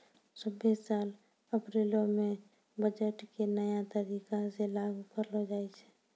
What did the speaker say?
सभ्भे साल अप्रैलो मे बजट के नया तरीका से लागू करलो जाय छै